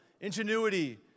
Ingenuity